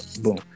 boom